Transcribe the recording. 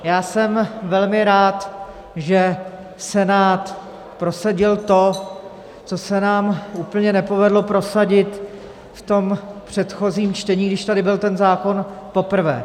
Já jsem velmi rád, že Senát prosadil to, co se nám úplně nepovedlo prosadit v předchozím čtení, když tady byl ten zákon po prvé.